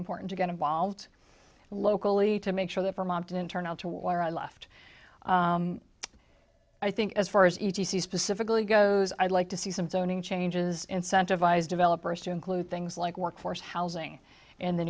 important to get involved locally to make sure that vermont didn't turn out to wire i left i think as far as e t c specifically goes i'd like to see some zoning changes incentivize developers to include things like workforce housing and the